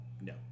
No